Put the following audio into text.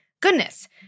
goodness